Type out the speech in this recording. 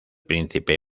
príncipe